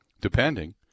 depending